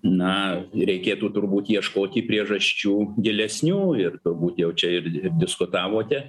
na reikėtų turbūt ieškoti priežasčių gilesnių ir turbūt jau čia ir ir diskutavote